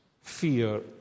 fear